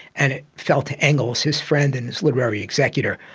and it fell to engels, his friend and his literary executor,